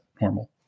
normal